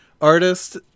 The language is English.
artist